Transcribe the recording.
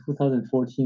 2014